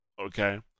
okay